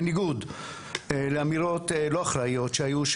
בניגוד לאמירות לא אחריות שהיו,